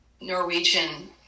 Norwegian